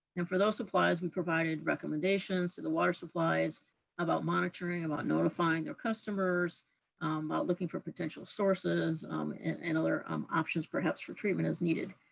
and for those supplies, we provided recommendations to the water supplies about monitoring, about notifying their customers, about looking for potential sources and and other um options, perhaps for treatment as needed.